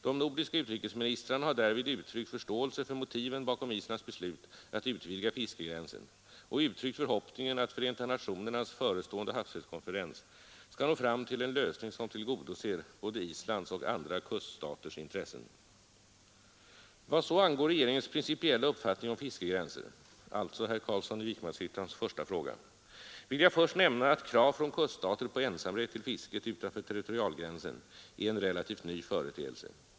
De nordiska utrikesministrarna har därvid uttryckt förståelse för motiven bakom Islands beslut att utvidga fiskegränsen och uttryckt förhoppningen att Förenta nationernas förestående havsrättskonferens skall nå fram till en lösning som tillgodoser både Islands och andra kuststaters intressen. Vad så angår regeringens principiella uppfattning om fiskegränser, alltså herr Carlssons i Vikmanshyttan första fråga, vill jag först nämna att krav från kuststater på ensamrätt till fisket utanför territorialgränsen är en relativt ny företeelse.